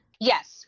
Yes